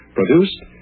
produced